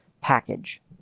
package